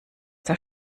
der